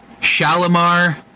Shalimar